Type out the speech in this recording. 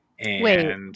Wait